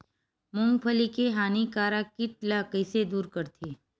मूंगफली के हानिकारक कीट ला कइसे दूर करथे?